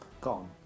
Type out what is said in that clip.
Gone